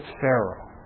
Pharaoh